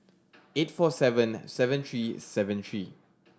eight four seven eight seven three seven three